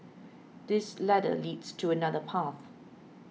this ladder leads to another path